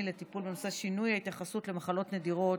לטיפול בנושא שינוי ההתייחסות למחלות נדירות